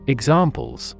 Examples